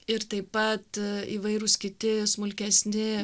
ir taip pat įvairūs kiti smulkesni